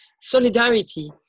Solidarity